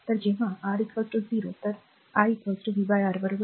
तर जेव्हा आर 0 तर आर मी व्ही आर बरोबर